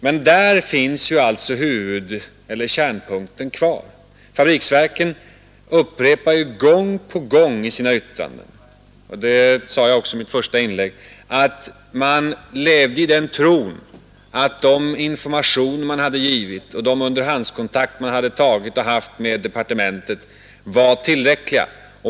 Men där finns alltså kärnpunkten kvar. Fabriksverken upprepar gång på gång i sina yttranden — det påpekade jag också i mitt första inlägg — att man levde i den tron att den information man hade givit och den underhandskontakt man haft med departementet var tillräcklig.